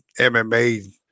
MMA